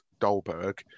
Dolberg